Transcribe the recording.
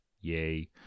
yay